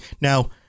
Now